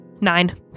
Nine